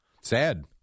Sad